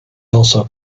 also